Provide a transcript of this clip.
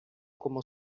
como